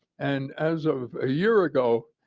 and as of a year ago,